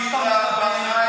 לא.